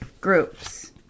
groups